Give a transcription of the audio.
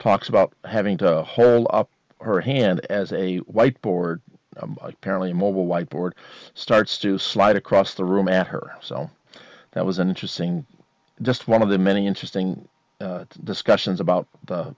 talks about having to hole up her hand as a white board apparently immobile white board starts to slide across the room at her so that was interesting just one of the many interesting discussions about